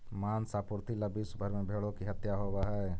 माँस आपूर्ति ला विश्व भर में भेंड़ों की हत्या होवअ हई